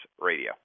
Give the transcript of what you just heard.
Radio